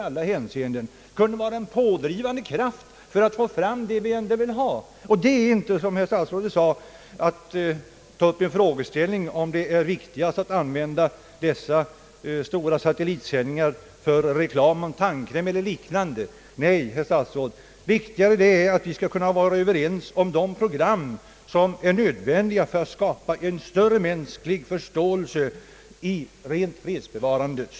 Men gör då inte sådana illusionsnummer, herr Palme, som nyss